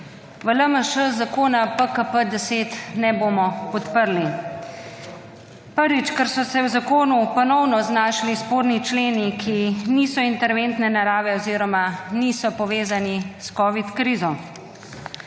V LMŠ zakona PKP-10 ne bomo podprli. Prvič, ker so se v zakonu ponovno znašli sporni členi, ki niso interventne narave oziroma niso povezani s Covid krizo,